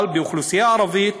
אבל באוכלוסייה הערבית